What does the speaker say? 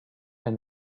and